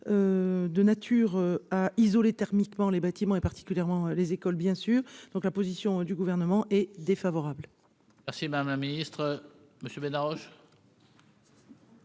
de nature à isoler thermiquement les bâtiments et particulièrement les écoles bien sûr donc la position du gouvernement est défavorable. Merci madame la ministre, monsieur de la roche.